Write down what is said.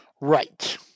right